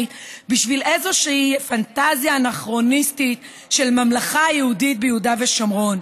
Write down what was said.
בשביל איזושהי פנטזיה אנכרוניסטית של ממלכה יהודית ביהודה ושומרון.